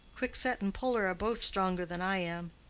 quicksett and puller are both stronger than i am.